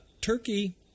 Turkey